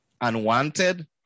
Unwanted